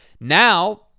now